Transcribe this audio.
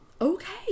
Okay